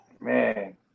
Man